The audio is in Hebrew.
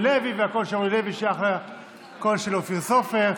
לוי ושהקול של אורלי לוי שייך לקול של אופיר סופר.